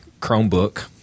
Chromebook